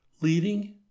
leading